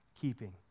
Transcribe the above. keeping